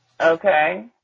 Okay